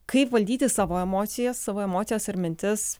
kaip valdyti savo emocijas savo emocijas ir mintis